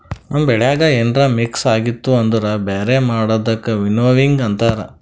ನಮ್ ಬೆಳ್ಯಾಗ ಏನ್ರ ಮಿಕ್ಸ್ ಆಗಿತ್ತು ಅಂದುರ್ ಬ್ಯಾರೆ ಮಾಡದಕ್ ವಿನ್ನೋವಿಂಗ್ ಅಂತಾರ್